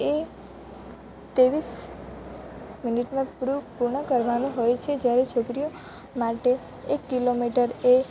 એ ત્રેવીસ મિનીટમાં પૂરું પૂર્ણ કરવાનું હોય છે જ્યારે છોકરીઓ માટે એક કિલોમીટર એ